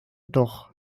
doch